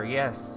yes